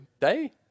day